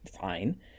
fine